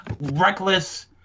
reckless